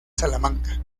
salamanca